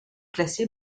classée